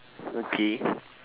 okay